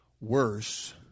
worse